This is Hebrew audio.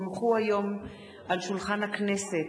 כי הונחו היום על שולחן הכנסת,